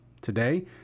Today